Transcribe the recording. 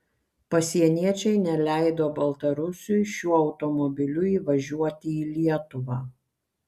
pasieniečiai neleido baltarusiui šiuo automobiliu įvažiuoti į lietuvą